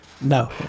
No